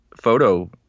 photo